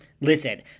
Listen